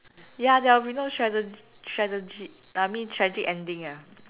ya there will be no trage~ tradegy~ I mean tragic ending ah